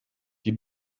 die